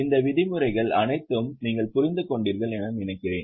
இந்த விதிமுறைகள் அனைத்தையும் நீங்கள் புரிந்து கொண்டீர்கள் என்று நினைக்கிறேன்